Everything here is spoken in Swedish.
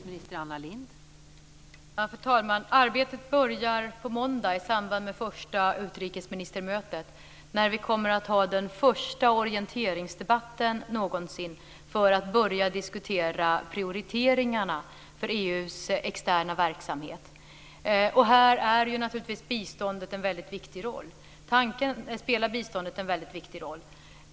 Fru talman! Arbetet börjar på måndag i samband med det första utrikesministermötet. Då kommer vi att ha den första orienteringsdebatten någonsin för att börja diskutera prioriteringarna för EU:s externa verksamhet. Här spelar biståndet en väldigt viktig roll.